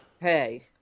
hey